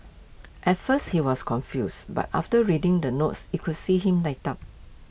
at first he was confused but after reading the notes you could see him light up